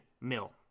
mill